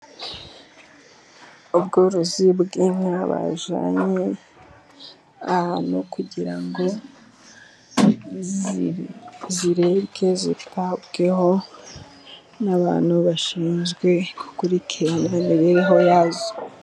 Ubworozi bw'inka bajyanye ahantu kugira ngo ziribwe, zitabweho n'abantu bashinzwe gukurikirana imibereho yazo.